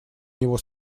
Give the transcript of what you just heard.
него